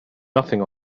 nothing